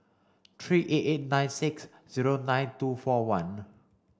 three eight eight nine six zero nine two four one